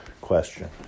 question